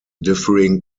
differing